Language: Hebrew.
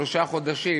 שלושה חודשים,